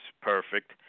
perfect